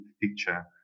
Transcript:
picture